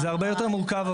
זה הרבה יותר מורכב,